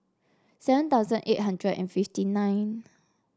seven thousand eight hundred and fifty nine